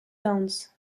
dawns